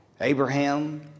Abraham